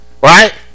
right